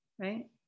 right